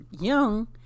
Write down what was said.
young